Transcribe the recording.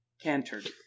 cantered